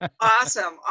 Awesome